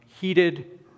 heated